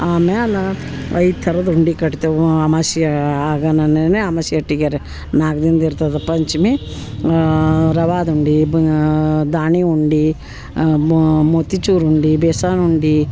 ಆಮ್ಯಾಲೆ ಐದು ಥರದ ಉಂಡೆ ಕಟ್ತೇವೆ ಅಮಾಸಿಯಾಗ ಅನ್ನೆನೆ ಅಮಾಸಿ ಅಟ್ಗ್ಯಾರೆ ನಾಲ್ಕು ದಿನ್ದ ಇರ್ತದೆ ಪಂಚಮಿ ರವಾದ ಉಂಡೆ ಬಾ ದಾಣಿ ಉಂಡೆ ಮೋತಿಚೂರು ಉಂಡೆ ಬೇಸನ್ ಉಂಡೆ